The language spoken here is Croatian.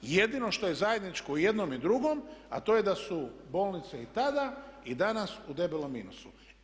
Jedino što je zajedničko jednom i drugom a to je da su bolnice i tada i danas u debelom minusu.